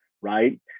right